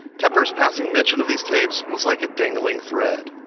tepper's passing mention of these tapes was like a dangling thread,